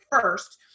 first